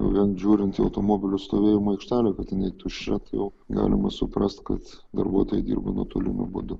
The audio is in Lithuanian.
vien žiūrint į automobilių stovėjimo aikštelę kad jinai tuščia tai jau galima suprast kad darbuotojai dirba nuotoliniu būdu